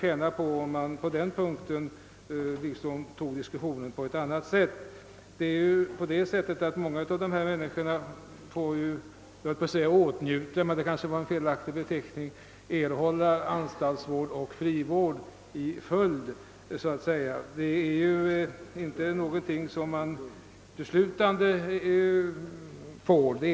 Jag tror att debatten skulle tjäna på att föras på ett annat sätt.